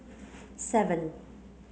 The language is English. seven